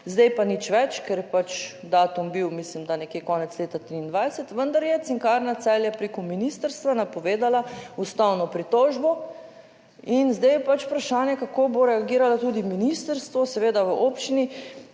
zdaj pa nič več, ker je pač datum bil mislim, da nekje konec leta 23, vendar je Cinkarna Celje preko ministrstva napovedala ustavno pritožbo in zdaj je pač vprašanje, kako bo reagiralo tudi ministrstvo, seveda v občini